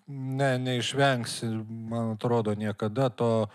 ne neišvengsi man atrodo niekada to